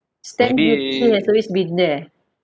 stamp duty has always been there